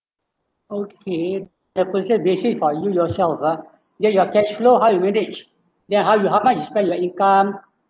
okay the basic for you yourself uh then your cash flow how you manage ya how you how much you spend your income